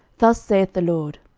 thus saith the lord,